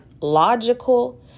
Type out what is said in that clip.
logical